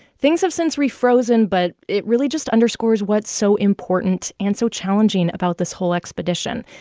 things have since refrozen, but it really just underscores what's so important and so challenging about this whole expedition.